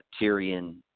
Tyrion